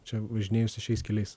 čia važinėjusi šiais keliais